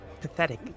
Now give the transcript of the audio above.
pathetic